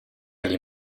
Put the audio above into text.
les